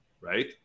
right